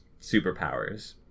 superpowers